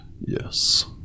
yes